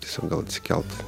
tiesiog gal atsikelt